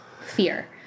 fear